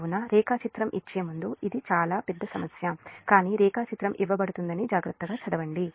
కాబట్టి రేఖాచిత్రం ఇచ్చే ముందు ఇది చాలా పెద్ద సమస్య కానీ రేఖాచిత్రం ఇవ్వబడుతుందని జాగ్రత్తగా చదవండి